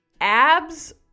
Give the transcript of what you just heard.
ABS